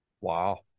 wow